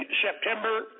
September